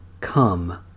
Come